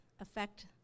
affect